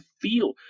feel